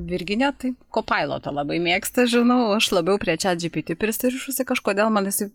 virginija tai kopailotą labai mėgsta žinau aš labiau prie čiat džipiti prisirišusi kažkodėl man jisai